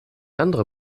andere